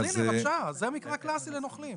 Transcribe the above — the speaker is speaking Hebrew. בבקשה, זה המקרה הקלאסי לנוכלים.